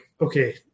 okay